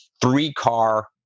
three-car